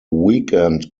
weekend